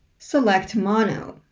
select mono.